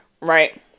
right